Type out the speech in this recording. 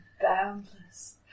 boundless